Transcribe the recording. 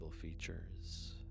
features